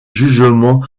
jugement